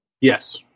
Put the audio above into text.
Yes